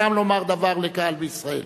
גם לומר דבר לקהל בישראל.